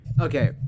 Okay